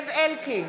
זאב אלקין,